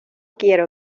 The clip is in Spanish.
quiero